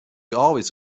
always